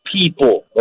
people